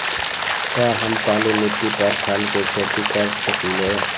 का हम काली मिट्टी पर फल के खेती कर सकिले?